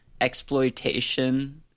exploitation